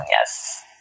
Yes